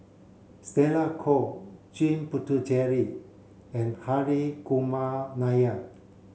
Stella Kon Jame Puthucheary and Hri Kumar Nair